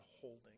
holding